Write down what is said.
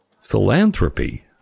philanthropy